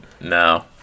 No